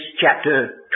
chapter